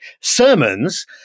sermons